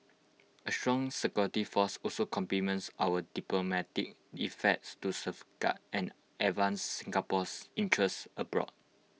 A strong security force also complements our diplomatic effects to safeguard and advance Singapore's interests abroad